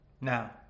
now